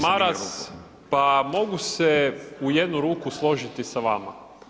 g. Maras, pa mogu se u jednu ruku složiti sa vama.